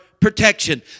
protection